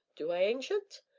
do i, ancient?